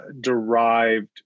derived